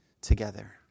together